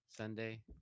Sunday